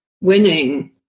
winning